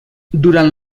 durant